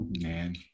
Man